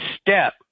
step